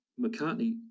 McCartney